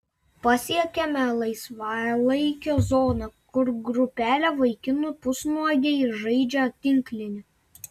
pasiekiame laisvalaikio zoną kur grupelė vaikinų pusnuogiai žaidžia tinklinį